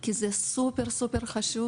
כי זה מאוד חשוב.